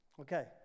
Okay